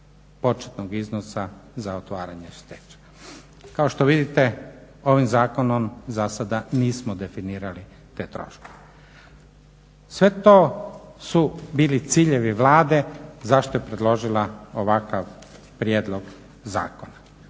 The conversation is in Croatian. početnog iznosa za otvaranje stečaja. Kao što vidite, ovim zakonom za sada nismo definirali te troškove. Sve to su bili ciljevi Vlade zašto je predložila ovakav prijedlog zakona.